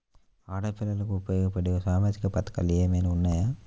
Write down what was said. ఆడపిల్లలకు ఉపయోగపడే సామాజిక పథకాలు ఏమైనా ఉన్నాయా?